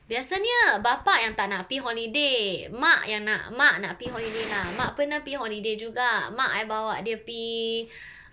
biasanya bapa yang tak nak pi holiday mak yang nak mak nak pi holiday lah mak pernah pi holiday juga mak I bawa dia pi